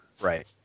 Right